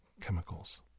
chemicals